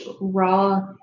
raw